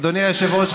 אדוני היושב-ראש,